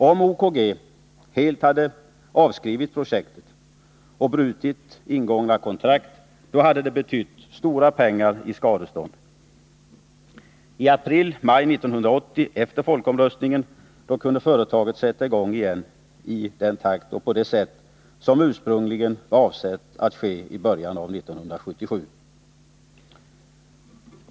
Om OKG hade avskrivit projektet och brutit ingångna kontrakt, hade det betytt stora pengar i skadestånd. I april-maj 1980, efter folkomröstningen, kunde företaget sätta i gång igen i den takt och på det sätt som ursprungligen var avsikten att man skulle göra i början av 1977.